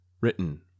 Written